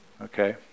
okay